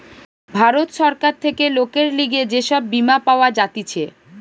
ভারত সরকার থেকে লোকের লিগে যে সব বীমা পাওয়া যাতিছে